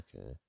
Okay